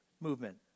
movement